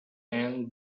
and